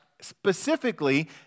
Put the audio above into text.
specifically